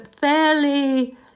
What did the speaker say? fairly